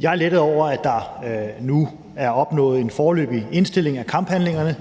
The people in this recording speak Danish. Jeg er lettet over, at der nu er opnået en foreløbig indstilling af kamphandlingerne.